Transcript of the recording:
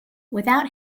without